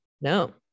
No